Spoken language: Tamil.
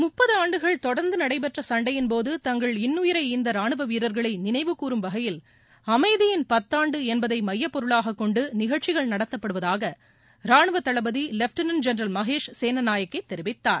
முப்பது ஆண்டுகள் தொடர்ந்து நடைபெற்ற சண்டையின்போது தங்கள் இன்னுயிரை ஈந்த ரானுவ வீரர்களை நினைவுகூரும் வகையில் அமைதியின் பத்தாண்டு என்பதை மையப்பொருளாக கொண்டு நிகழ்ச்சிகள் நடத்தப்படுவதாக ரானுவ தளபதி லெப்டினெள்ட் ஜெனரல் மகேஷ் சேனநாயகே தெரிவித்தார்